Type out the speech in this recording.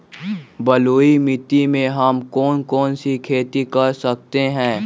बलुई मिट्टी में हम कौन कौन सी खेती कर सकते हैँ?